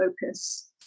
focus